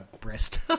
breast